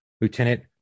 Lieutenant